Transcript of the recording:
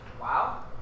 Wow